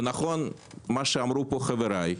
נכון מה שאמרו פה חבריי,